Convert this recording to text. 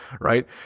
right